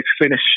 finish